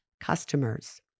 customers